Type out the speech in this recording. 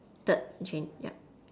third yup